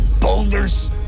boulders